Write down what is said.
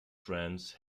friends